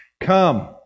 Come